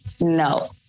No